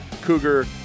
Cougar